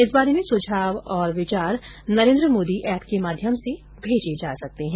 इस बारे में सुझाव और विचार नरेन्द्र मोदी एप के माध्यम से भेजे जा सकते हैं